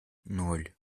ноль